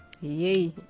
Yay